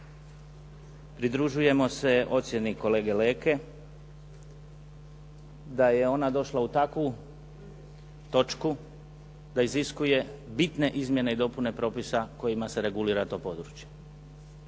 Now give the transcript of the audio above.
Pridružujemo se ocjeni kolege Leke da je ona došla u takvu točku da iziskuje bitne izmjene i dopune propisa kojima se regulira to područje.